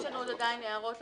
יש לנו עוד הערות.